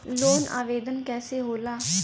Loan आवेदन कैसे होला?